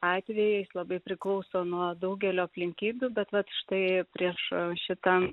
atvejais labai priklauso nuo daugelio aplinkybių bet vat štai prieš šitą